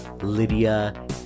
Lydia